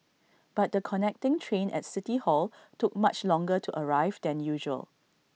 but the connecting train at city hall took much longer to arrive than usual